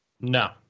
No